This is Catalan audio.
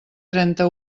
trenta